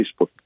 Facebook